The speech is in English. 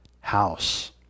house